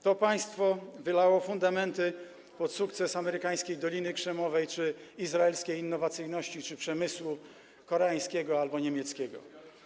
To państwo wylało fundamenty pod sukces amerykańskiej Doliny Krzemowej czy izraelskiej innowacyjności, czy przemysłu koreańskiego albo niemieckiego.